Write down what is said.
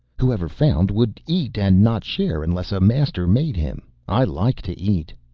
whoever found would eat and not share unless a master made him. i like to eat.